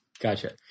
Gotcha